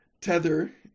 Tether